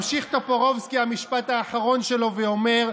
ממשיך טופורובסקי את המשפט האחרון שלו ואומר: